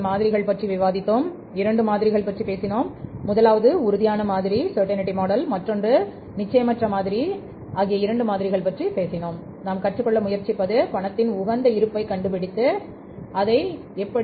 2 மாடல்கள் பற்றி விவாதித்தோம் அதாவது 2 மாதிரிகள் பற்றி பேசினோம் முதலாவது செர்டைனிட்டி மாடல் ஆகிய 2 மாதிரிகள் பற்றி பேசினோம் நாம் கற்றுக்கொள்ள முயற்சிப்பது ஆப்டிமம் கேஷ் பேலன்ஸ் கண்டுபிடிப்பது எப்படி